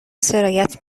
سرایت